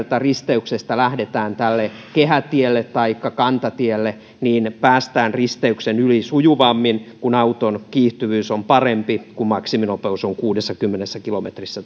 sieltä risteyksestä lähdetään tälle kehätielle taikka kantatielle niin päästään risteyksen yli sujuvammin kun auton kiihtyvyys on parempi kun maksiminopeus on kuusikymmentä kilometriä tunnissa tämä